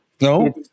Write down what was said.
No